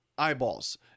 eyeballs